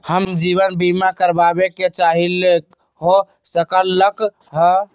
हम जीवन बीमा कारवाबे के चाहईले, हो सकलक ह?